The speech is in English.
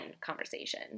conversation